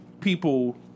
people